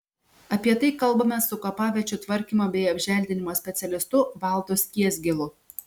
apie tai kalbamės su kapaviečių tvarkymo bei apželdinimo specialistu valdu skiesgilu